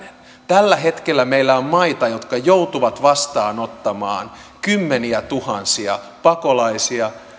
tällä hetkellä meillä on maita jotka joutuvat vastaanottamaan kymmeniätuhansia pakolaisia